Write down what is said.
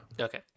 Okay